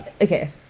okay